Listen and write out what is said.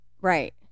Right